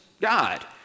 God